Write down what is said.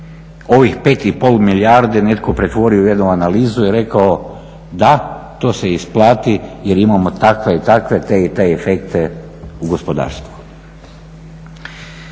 ovih 5,5 milijarde netko pretvorio u jednu analizu i rekao da to se isplati jer imamo takve i takve, te i te efekte u gospodarstvu.